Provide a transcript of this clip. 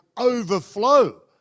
overflow